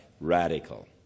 Radical